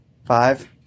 five